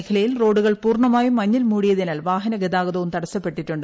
മേഖലയിൽ റോഡുകൾ പൂർണ്ണമായും മഞ്ഞിൽ മൂടിയതിനാൽ വാഹന ഗതാഗതവും തടസ്സപ്പെട്ടിട്ടുണ്ട്